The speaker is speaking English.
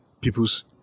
people's